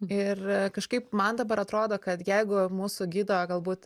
ir kažkaip man dabar atrodo kad jeigu mūsų gido galbūt